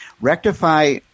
Rectify